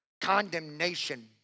condemnation